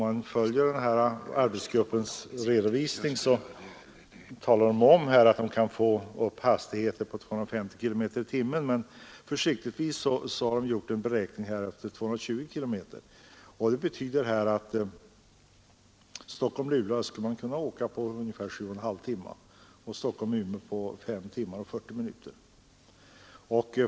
Studerar man arbetsgruppens redovisning finner man att den talar om att det går att uppnå hastigheter på 250 km tim. Det betyder att man skulle kunna åka sträckan Stockholm—Luleå på ungefär 7,5 timmar och Stockholm —Umeå på 5 timmar och 40 minuter.